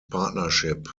partnership